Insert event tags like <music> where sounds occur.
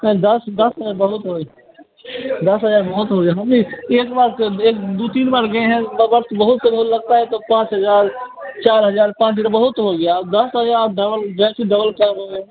sir दस दस हज़ार बहुत हो दस हज़ार बहुत हो गया <unintelligible> एक बार क्या एक दो तीन बार गएं हैं डबल्स बहुत से बहुत लगता है तो पाँच हज़ार चार हज़ार पाँच हज़ार बहुत हो गया दस हज़ार डबल दस डबल क्या बोलें